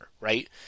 Right